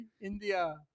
India